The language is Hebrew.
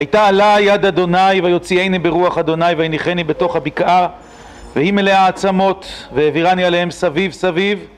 הייתה עלה יד אדוני, ויוציאיני ברוח אדוני, והניחני בתוך הבקעה, והיא מלאה עצמות, והעבירה לי עליהם סביב סביב.